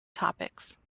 topics